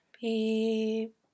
beep